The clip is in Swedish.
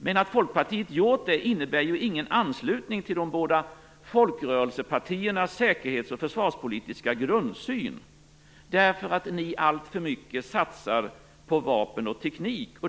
Men att Folkpartiet gör det innebär ju ingen anslutning till de båda folkrörelsepartiernas säkerhets och försvarspolitiska grundsyn, eftersom Folkpartiet alltför mycket satsar på vapen och teknik.